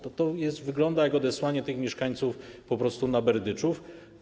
To wygląda jak odesłanie tych mieszkańców po prostu na Berdyczów.